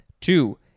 Two